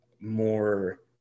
more